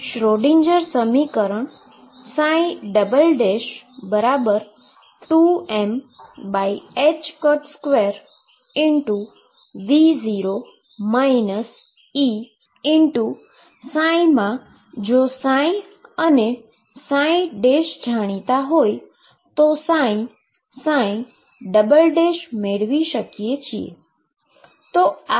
તેથી શ્રોડિંજર સમીકરણ 2m2V0 E મા જો અને ψ જાણતા હોઈએ તો મેળવી શકીએ છીએ